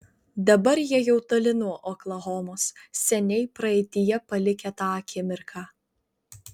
dabar jie jau toli nuo oklahomos seniai praeityje palikę tą akimirką